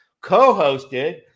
co-hosted